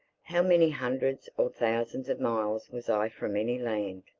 how many hundreds or thousands of miles was i from any land?